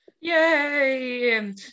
Yay